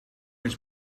eens